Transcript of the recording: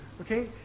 okay